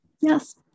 Yes